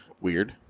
Weird